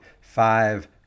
five